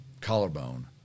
collarbone